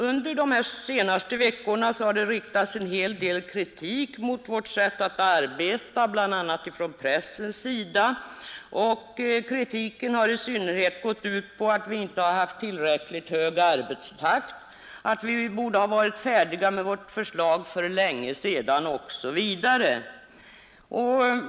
Under de senaste veckorna har det riktats en hel del kritik mot vårt sätt att arbeta, bl.a. från pressen. Kritiken har i synnerhet gått ut på att vi inte har haft tillräckligt hög arbetstakt, att vi borde ha varit färdiga med vårt förslag för länge sedan, osv.